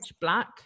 black